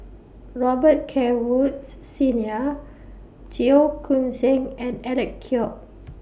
Robet Carr Woods Senior Cheong Koon Seng and Alec Kuok